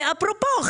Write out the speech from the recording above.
ואפרופו,